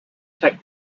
tech